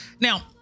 Now